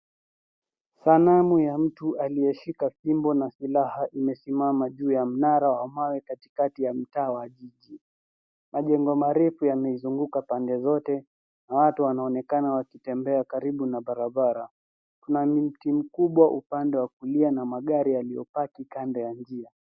Sanamu ya mtu aliyeshika fimbo na silaha imesimama juu ya mnara wa mawe katikati ya mtaa wa jiji. Majengo marefu yameizunguka pande zote na watu wanaonekana wakitembea karibu na barabara. Kuna mti mkubwa upande wa kulia na magari yaliyopaki kando ya njia.